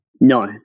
No